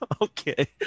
Okay